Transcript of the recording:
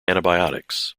antibiotics